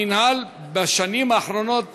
המינהל בשנים האחרונות